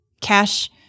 cash